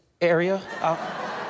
area